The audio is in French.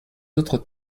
autres